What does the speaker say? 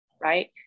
right